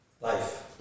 life